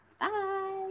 Bye